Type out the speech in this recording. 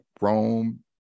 rome